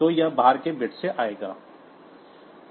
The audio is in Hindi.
तो यह बाहर के बिट से आएगा